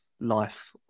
life